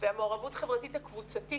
והמעורבות החברתית הקבוצתית,